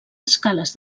escales